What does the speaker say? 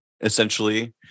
essentially